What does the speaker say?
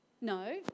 no